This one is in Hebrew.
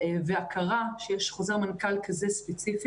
והכרה שיש חוזר מנכ"ל כזה ספציפי,